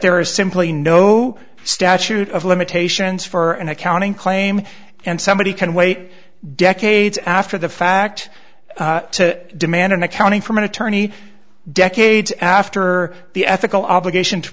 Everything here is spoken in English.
there is simply no statute of limitations for an accounting claim and somebody can wait decades after the fact to demand an accounting from an attorney decades after the ethical obligation to